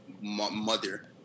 mother